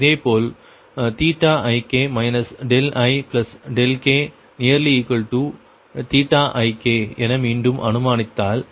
இதேபோல ik ikik என மீண்டும் அனுமானித்தால்